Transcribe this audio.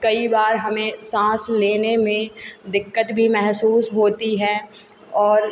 कई बार हमें सांस लेने में दिक्कत भी महसूस होती है और